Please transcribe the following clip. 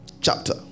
chapter